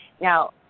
Now